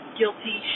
guilty